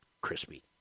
crispy